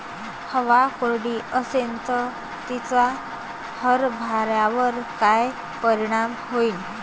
हवा कोरडी अशीन त तिचा हरभऱ्यावर काय परिणाम होईन?